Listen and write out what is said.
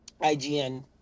IGN